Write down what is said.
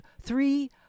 three